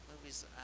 movies